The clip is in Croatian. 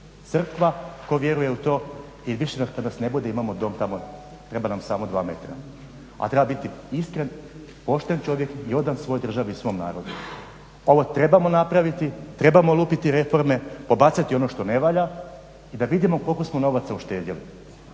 Crkva tko vjeruje u to i više kada nas ne bude imamo dom tamo treba nam samo dva metra. A treba biti iskren, pošten čovjek i odan svojoj državi i svom narodu. Ovo trebamo napraviti, trebamo lupiti reforme, pobacati ono što ne valja i da vidimo koliko smo novaca uštedjeli.